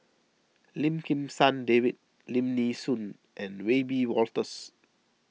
Lim Kim San David Lim Nee Soon and Wiebe Wolters